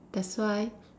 that's why